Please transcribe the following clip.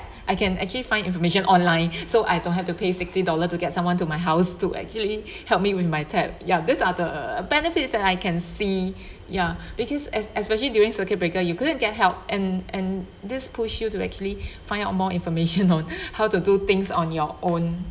I can actually find information online so I don't have to pay sixty dollar to get someone to my house to actually help me with my tab ya these are the benefits that I can see ya because as especially during circuit breaker you couldn't get help and and this push you to actually find out more information on how to do things on your own